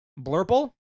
Blurple